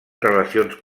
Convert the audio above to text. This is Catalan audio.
relacions